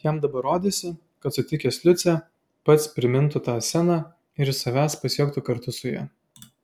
jam dabar rodėsi kad sutikęs liucę pats primintų tą sceną ir iš savęs pasijuoktų kartu su ja